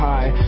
High